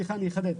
אני אחדד.